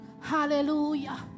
Hallelujah